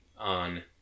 On